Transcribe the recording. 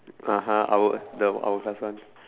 (uh huh) I would the our class [one]